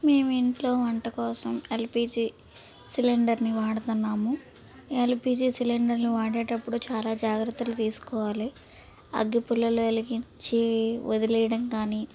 మేము ఇంట్లో వంట కోసం ఎల్పీజీ సిలిండర్ని వాడుతున్నాము ఎల్పీజీ సిలిండర్లు వాడేటప్పుడు చాలా జాగ్రత్తలు తీసుకోవాలి అగ్గిపుల్లలు వెలిగించి వదిలేయడం కానీ